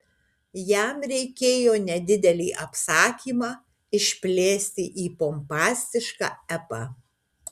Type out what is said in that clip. jam reikėjo nedidelį apsakymą išplėsti į pompastišką epą